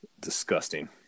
Disgusting